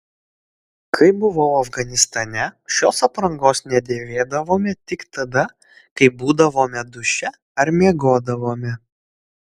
kai buvau afganistane šios aprangos nedėvėdavome tik tada kai būdavome duše ar miegodavome